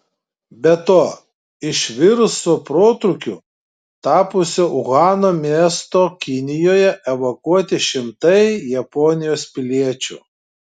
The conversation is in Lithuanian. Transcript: be to iš viruso protrūkiu tapusio uhano miesto kinijoje evakuoti šimtai japonijos piliečių